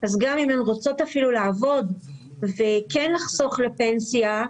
גם אם הן רוצות לעבוד וכן לחסוך לפנסיה,